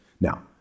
Now